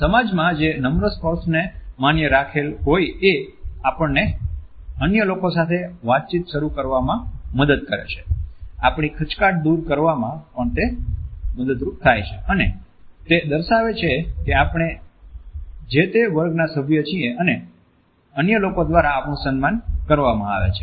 સમાજમાં જે નમ્ર સ્પર્શને માન્ય રાખેલ હોય એ આપણને અન્ય લોકો સાથે વાતચીત શરૂ કરવામાં મદદ કરે છે આપણી ખચકાટ દૂર કરવામાં પણ મદદ કરે છે અને તે દર્શાવે છે કે આપણે જે તે વર્ગના સભ્ય છીએ અને અન્ય લોકો દ્વારા આપણું સન્માન કરવામાં આવે છે